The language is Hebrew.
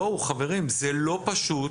חברים, זה לא פשוט,